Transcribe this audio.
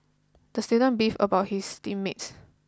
the student beefed about his team mates